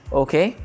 okay